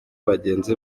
bagenzi